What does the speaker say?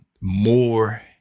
more